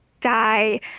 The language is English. die